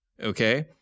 Okay